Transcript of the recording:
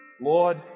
Lord